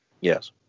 Yes